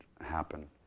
happen